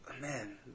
man